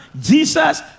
Jesus